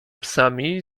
psami